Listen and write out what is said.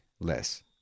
Less